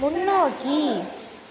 முன்னோக்கி